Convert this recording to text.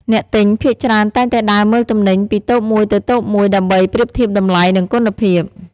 អ្នកទិញភាគច្រើនតែងតែដើរមើលទំនិញពីតូបមួយទៅតូបមួយដើម្បីប្រៀបធៀបតម្លៃ និងគុណភាព។